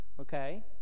okay